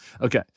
Okay